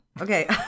Okay